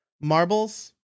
marbles